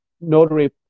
notary